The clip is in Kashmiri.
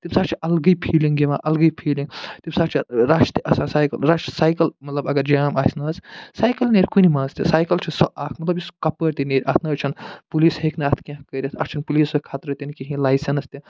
تَمہِ ساتہٕ چھِ الگٕے فیٖلِنٛگ یِوان الگٕے فیٖلِنٛگ تَمہِ ساتہٕ چھِ رش تہِ آسان سایکل رش سایکل مطلب اگر جام آسہِ نا حظ سایکل نیرِ کُنہِ منٛز تہِ سایکل چھُ اکھ مطلب یُس کپٲرۍ تہِ نیرِ اتھ نَہ حظ چھُنہٕ پُلیٖس ہیٚکہِ نہٕ اتھ کیٚنٛہہ کٔرِتھ اتھ چھُنہٕ پُلیٖسُک خطرٕ تہِ نہٕ کِہیٖنۍ لایسٮ۪نٕس تہِ